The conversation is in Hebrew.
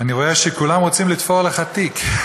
אני רואה שכולם רוצים לתפור לך תיק.